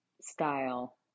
style